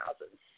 thousands